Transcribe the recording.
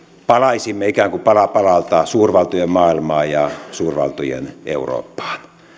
palaisimme ikään kuin pala palalta suurvaltojen maailmaan ja suurvaltojen eurooppaan